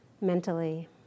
mentally